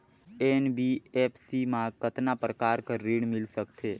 NBFC मा कतना प्रकार कर ऋण मिल सकथे?